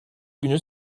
günü